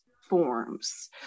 forms